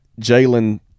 Jalen